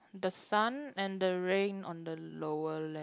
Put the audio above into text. the sun and the rain on the lower left